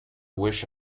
wish